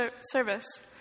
service